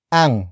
ang